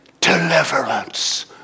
deliverance